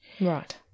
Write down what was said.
Right